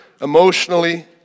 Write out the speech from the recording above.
emotionally